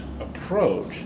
approach